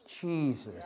Jesus